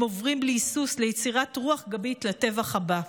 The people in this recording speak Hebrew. הם עוברים בלי היסוס ליצירת רוח גבית לטבח הבא.